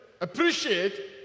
appreciate